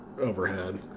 overhead